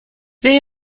they